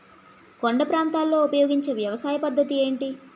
కొండ ప్రాంతాల్లో ఉపయోగించే వ్యవసాయ పద్ధతి ఏంటి?